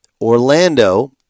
Orlando